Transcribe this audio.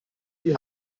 die